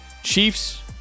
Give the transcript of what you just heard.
Chiefs